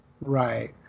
Right